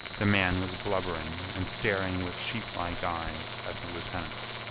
the man was blubbering and staring with sheeplike eyes at the lieutenant,